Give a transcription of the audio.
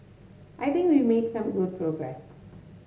I think we made some good progress